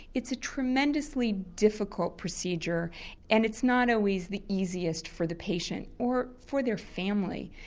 it's a tremendously difficult procedure and it's not always the easiest for the patient or for their family.